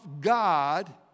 God